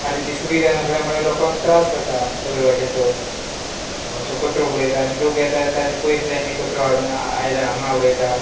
आनी ती सुविधा नासल्या मुळे लोकांक त्रास जाता सगळे वाटेचो सो कचरो उडयता आनी लोक येता येता आनी पयसल्यानी कचरो हाडून आयल्या हांगा उडयता